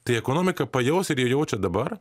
tai ekonomika pajaus ir jie jaučia dabar